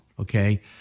okay